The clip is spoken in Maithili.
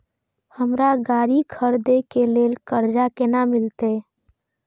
हमरा गाड़ी खरदे के लिए कर्जा केना मिलते?